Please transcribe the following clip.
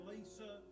Lisa